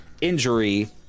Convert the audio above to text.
injury